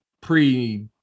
pre